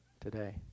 today